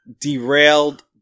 derailed